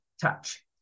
touch